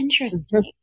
Interesting